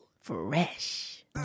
fresh